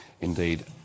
indeed